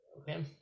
Okay